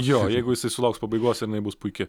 jo jeigu jisai sulauks pabaigos jinai bus puiki